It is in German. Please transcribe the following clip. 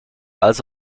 als